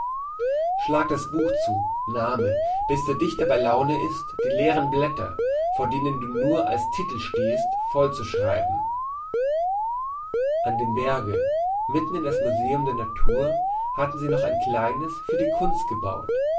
schlag das buch zu name bis der dichter bei laune ist die leeren blätter vor denen du nur als titel stehst vollzuschreiben an dem berge mitten in das museum der natur hatten sie noch ein kleines für die kunst gebaut